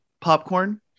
popcorn